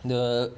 the